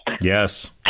Yes